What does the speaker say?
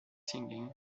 singing